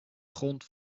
grond